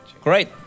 Great